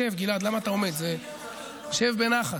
שב, גלעד, למה אתה עומד, שב בנחת,